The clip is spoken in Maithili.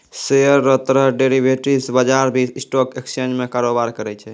शेयर रो तरह डेरिवेटिव्स बजार भी स्टॉक एक्सचेंज में कारोबार करै छै